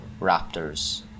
Raptors